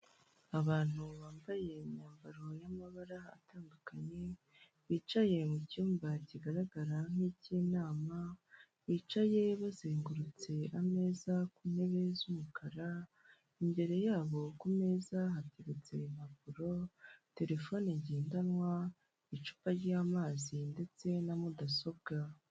Abantu bambaye imyambaro y'amabara atandukanye bicaye mu cyumba kigaragara nk'iy'inama, bicaye bazengurutse ameza ku ntebe z'umukara, imbere yabo ku meza hateretse impapuro, terefone ngendanwa, icupa ry'amazi ndetse na mudasobwa.